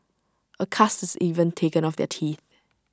A cast is even taken of their teeth